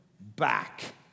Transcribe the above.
back